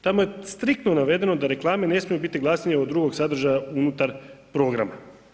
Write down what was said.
Tamo je striktno navedeno da reklame ne smiju biti glasnije od drugog sadržaja unutar programa.